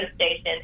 station